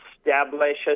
establish